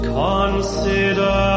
consider